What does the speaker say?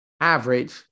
average